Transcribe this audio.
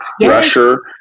pressure